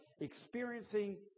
experiencing